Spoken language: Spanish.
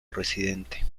residente